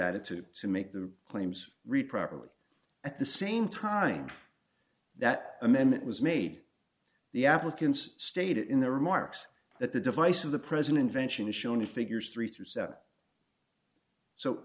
attitude to make the claims re properly at the same time that amendment was made the applicants stated in the remarks that the device of the president vention is shown in figures three through s